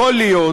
יכול להיות,